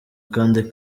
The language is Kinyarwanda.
kandi